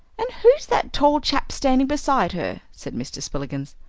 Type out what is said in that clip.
and who's that tall chap standing beside her? said mr. spillikins.